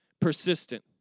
persistent